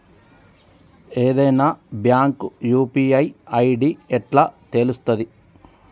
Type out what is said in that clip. ఏదైనా bank UPI ID ఎట్లా తెలుత్తది?